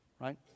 Right